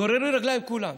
גוררים רגליים כולם.